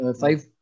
five